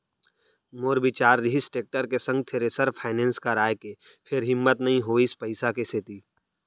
मोर बिचार रिहिस टेक्टर के संग थेरेसर फायनेंस कराय के फेर हिम्मत नइ होइस पइसा के सेती